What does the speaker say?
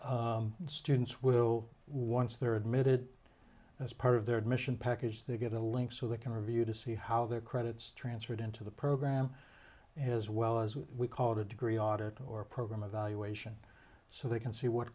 it students will once third made it as part of their admission package they get a link so they can review to see how their credits transferred into the program has well as we call it a degree audit or program a valuation so they can see what